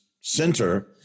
center